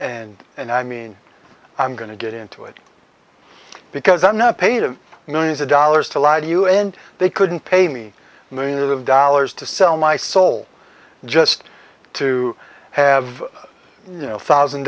and and i mean i'm going to get into it because i'm not paid a million dollars to lie to you and they couldn't pay me millions of dollars to sell my soul just to have you know thousand